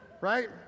right